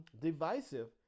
divisive